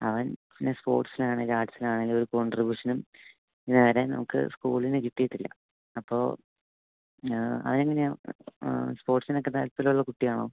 അവൻ പിന്നെ സ്പോർട്സിനാണേലും ആട്ട്സിനാണേലും ഒരു കോൺട്രിബ്യുഷനും ഇന്നേവരെ നമുക്ക് സ്കൂളിന് കിട്ടിയിട്ടിൽ അപ്പോൾ എന്നാ അവനെങ്ങനെയാണ് സ്പോർട്സിനൊക്കെ താൽപ്പര്യമുള്ള കുട്ടിയാണോ